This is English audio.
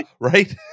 right